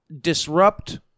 disrupt